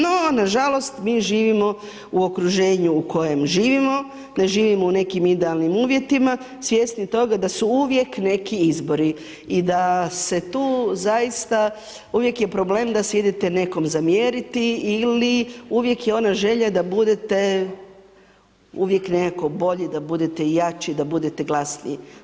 No, nažalost, mi živimo u okruženju u kojem živimo, ne živimo u nekim idealnim uvjetima, svjesni toga da su uvijek neki izbori i da se tu zaista, uvijek je problem da se idete nekom zamjeriti ili uvijek je ona želja da budete uvijek nekako bolji, da budete jači, da budete glasniji.